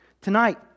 tonight